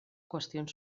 qüestions